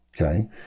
Okay